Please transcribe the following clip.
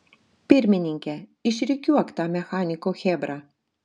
pirmininke išrikiuok tą mechaniko chebrą